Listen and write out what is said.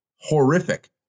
horrific